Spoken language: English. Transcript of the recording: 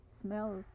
smell